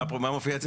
מה מופיע?